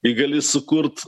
jį gali sukurt